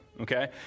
okay